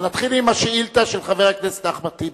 אבל נתחיל עם השאילתא של חבר הכנסת אחמד טיבי.